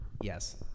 Yes